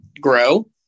grow